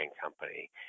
company